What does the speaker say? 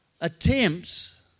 attempts